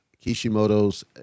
Kishimoto's